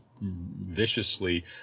viciously